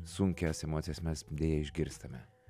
sunkias emocijas mes deja išgirstame